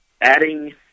adding